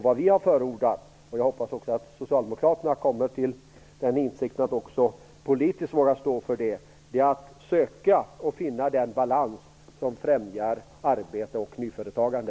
Vad vi har förordat - och jag hoppas att också socialdemokraterna kommer till den insikten och politiskt vågar stå för det - är att söka finna den balans som främjar arbete och nyföretagande.